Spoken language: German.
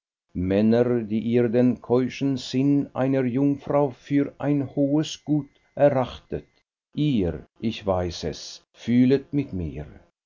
männer die ihr den keuschen sinn einer jungfrau für ein hohes gut erachtet ihr ich weiß es fühlet mit mir